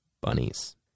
bunnies